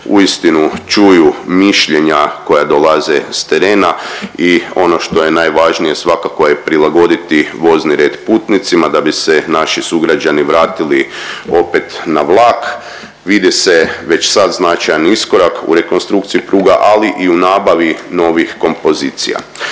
Uistinu čuju mišljenja koja dolaze s terena i ono što je najvažnije svakako je prilagoditi vozni red putnicima da bi se naši sugrađani vratili opet na vlak. Vidi se već sad značajan iskorak u rekonstrukciji pruga, ali i u nabavi novih kompozicija.